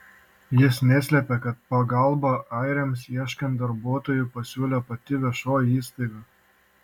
jis neslėpė kad pagalbą airiams ieškant darbuotojų pasiūlė pati viešoji įstaiga